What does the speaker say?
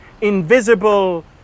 invisible